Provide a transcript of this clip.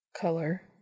Color